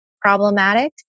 problematic